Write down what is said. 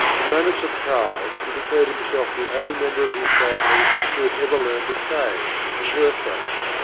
in moments of pride he de clared himself the only member of his family who had ever learned a trade, and worked at it.